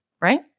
right